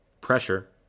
pressure